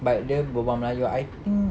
but dia berbual melayu ah I think